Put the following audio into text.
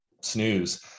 snooze